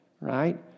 right